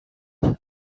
and